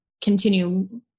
continue